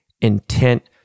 intent